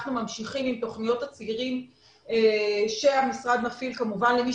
אנחנו ממשיכים עם תוכניות הצעירים שהמשרד מפעיל כמובן למי